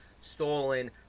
stolen